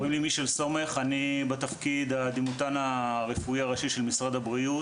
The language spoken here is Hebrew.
אני הדימותן הרפואי הראשי של משרד הבריאות.